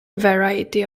variety